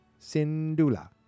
Sindula